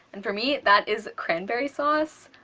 and for me that is cranberry sauce.